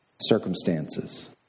circumstances